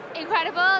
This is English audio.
incredible